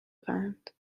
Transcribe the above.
قند